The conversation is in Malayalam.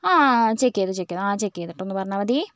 ആ ചെക്ക് ചെയ്തോളു ചെക്ക് ചെയ്തോളു ചെക്ക് ചെയ്തിട്ടൊന്നു പറഞ്ഞാൽ മതി